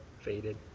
faded